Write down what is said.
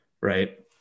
Right